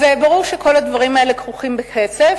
ברור שכל הדברים האלה כרוכים בכסף,